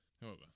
However